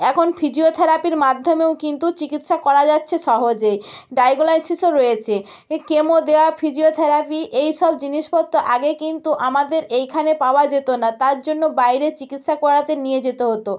এখন ফিজিওথেরাপির মাধ্যমেও কিন্তু চিকিৎসা করা যাচ্ছে সহজে ডায়ালাইসিসও রয়েছে এ কেমো দেওয়া ফিজিওথেরাপি এই সব জিনিসপত্র আগে কিন্তু আমাদের এইখানে পাওয়া যেত না তার জন্য বাইরে চিকিৎসা করাতে নিয়ে যেতে হতো